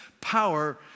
power